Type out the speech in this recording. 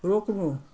रोक्नु